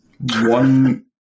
one